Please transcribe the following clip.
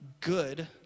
good